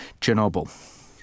Chernobyl